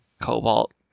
cobalt